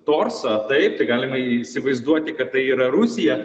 torsą taip tai galima įsivaizduoti kad tai yra rusija